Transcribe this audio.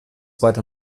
weiter